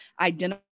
identify